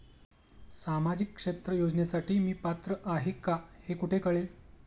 सामाजिक क्षेत्र योजनेसाठी मी पात्र आहे का हे कुठे कळेल?